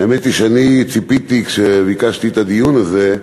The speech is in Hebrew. האמת היא שאני ציפיתי, כשביקשתי את הדיון הזה,